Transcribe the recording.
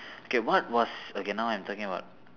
okay what was okay now I'm talking about